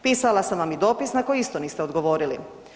Pisala sam vam i dopis na koji isto niste odgovorili.